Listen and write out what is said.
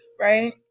right